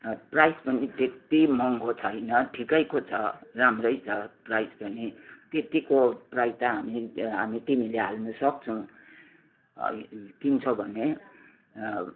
price पनि त्यति महँगो छैन ठिकैको छ राम्रै छ प्राइज पनि त्यतिको प्राइज त हामी हामी तिमीले हाल्नु सक्छौँ किन्छौ भने